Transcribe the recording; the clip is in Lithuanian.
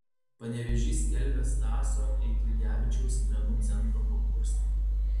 panevėžys skelbia stasio eidrigevičiaus menų centro konkursą